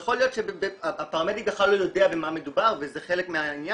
יכול להיות שהפרמדיק בכלל לא יודע במה מדובר וזה חלק מהעניין.